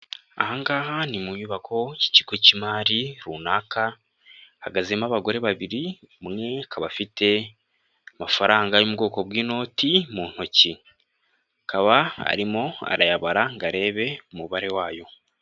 Aha ngaha ni mu nyubako y'ikigo cy'imari runaka, hahagazemo abagore babiri, umwe akaba afite amafaranga y'u bwoko bw'inoti mu ntoki, akaba arimo arayabara ngo arebe umubare wayo.